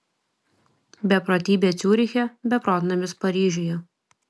beprotybė ciuriche beprotnamis paryžiuje